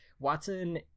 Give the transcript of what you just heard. Watson